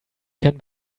can